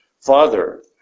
Father